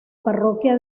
parroquia